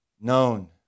known